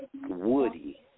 Woody